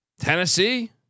Tennessee